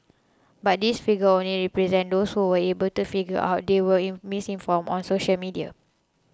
but this figure only represents those who were able to figure out they were in misinformed on social media